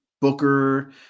Booker